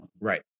Right